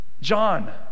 John